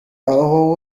aho